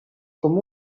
com